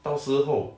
到时候